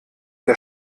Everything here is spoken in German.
der